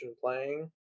playing